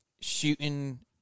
shooting